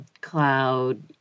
Cloud